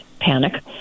panic